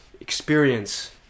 experience